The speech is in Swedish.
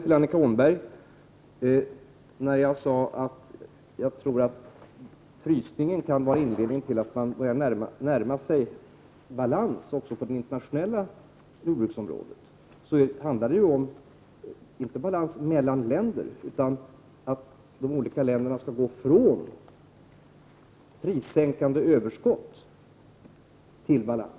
Till Annika Åhnberg vill jag säga att när jag nämnde att frysningen kan vara inledning till att man börjar närma sig balans också på det internationel la jordbruksområdet, handlar det ju inte om balans mellan länder utan attde — Prot. 1988/89:95 olika länderna skall gå ifrån prissänkande överskott till balans.